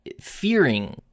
fearing